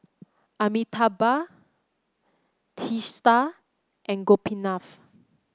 Amitabh Teesta and Gopinath